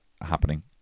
happening